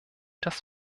das